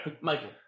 Michael